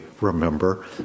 remember